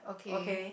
okay